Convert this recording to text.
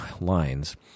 lines